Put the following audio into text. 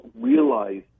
realize